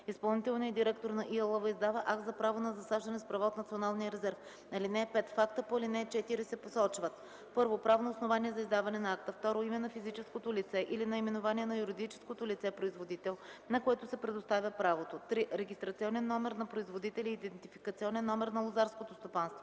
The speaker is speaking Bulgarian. изпълнителният директор на ИАЛВ издава акт за право на засаждане с права от Националния резерв. (5) В акта по ал. 4 се посочват: 1. правно основание за издаване на акта; 2. име на физическото лице или наименование на юридическото лице – производител, на което се предоставя правото; 3. регистрационен номер на производителя и идентификационен номер на лозарското стопанство;